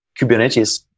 Kubernetes